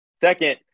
Second